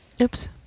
Oops